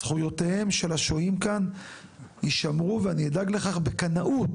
זכויותיהם של השוהים כאן יישמרו ואני אדאג לכך בקנאות,